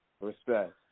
respect